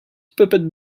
puppet